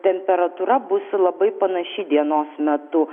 temperatūra bus labai panaši dienos metu